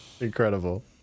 Incredible